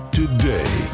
today